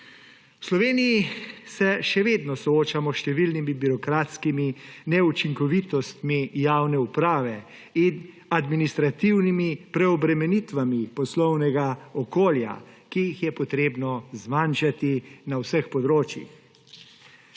V Sloveniji se še vedno soočamo s številnimi birokratskimi neučinkovitostmi javne uprave in administrativnimi preobremenitvami poslovnega okolja, ki jih je treba zmanjšati na vseh področjih.